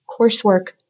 coursework